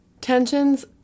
Tensions